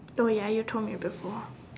oh ya you told me before